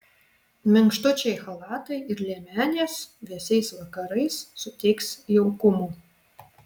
minkštučiai chalatai ir liemenės vėsiais vakarais suteiks jaukumo